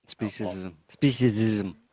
Speciesism